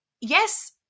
yes